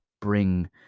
bring